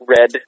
red